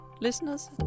listeners